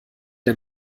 der